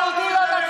זה עלה להצבעה?